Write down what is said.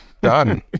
done